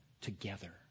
together